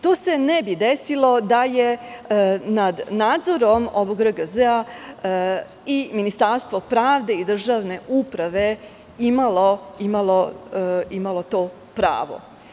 To se ne bi desilo da je nad nadzorom RGZ i Ministarstvo pravde i državne uprave imalo to pravo.